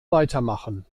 weitermachen